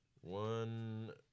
One